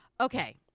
Okay